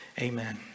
Amen